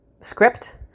script